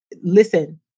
listen